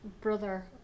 brother